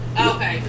Okay